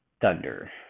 thunder